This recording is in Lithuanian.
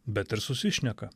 bet ir susišneka